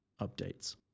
Updates